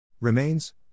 Remains